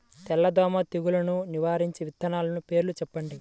తెల్లదోమ తెగులును నివారించే విత్తనాల పేర్లు చెప్పండి?